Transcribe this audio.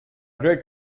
great